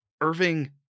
Irving